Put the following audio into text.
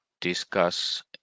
discuss